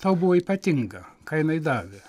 tau buvo ypatinga ką jinai davė